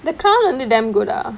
the crown வந்து:vanthu damn good ah